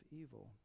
evil